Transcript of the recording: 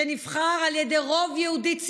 שנבחר על ידי רוב יהודי ציוני,